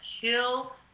kill